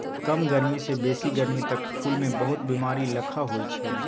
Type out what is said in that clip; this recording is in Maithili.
कम गरमी सँ बेसी गरमी तक फुल मे बहुत बेमारी लखा होइ छै